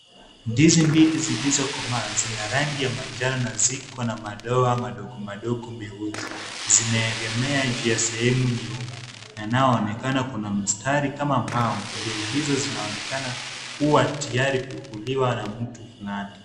Ndizi mbili zilizokomaa zina rangi ya manjano na ziko na madoa madogo madogo meusi. Zimeegemea juu ya sehemu nyeupe, yanayoonekana kuna mstari kama mbao, ndio zinaonekana kuwa tiyari kukuliwa na mtu.